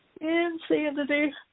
Insanity